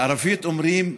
בערבית אומרים: